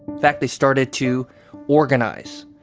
fact, they started to organize.